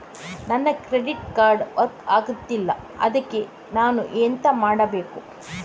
ನನ್ನ credit card work ಆಗ್ತಿಲ್ಲ ಅದ್ಕೆ ನಾನು ಎಂತ ಮಾಡಬೇಕು?